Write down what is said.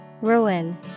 Ruin